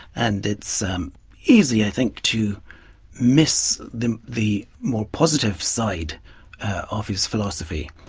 and it's um easy i think to miss the the more positive side of his philosophy.